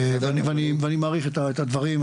ואני מעריך את הדברים.